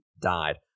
died